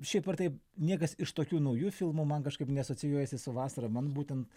šiaip ar taip niekas iš tokių naujų filmų man kažkaip neasocijuojasi su vasara man būtent